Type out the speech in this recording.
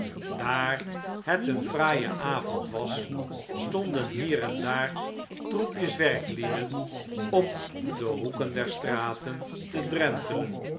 daar het een fraaie avond was stonden hier en daar troepjes werklieden op de hoeken der straten te